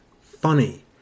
funny